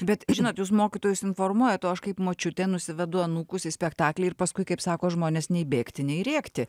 bet žinot jūs mokytojus informuojat o aš kaip močiutė nusivedu anūkus į spektaklį ir paskui kaip sako žmonės nei bėgti nei rėkti